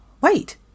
Wait